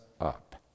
up